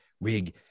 rig